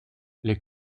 les